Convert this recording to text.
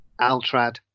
Altrad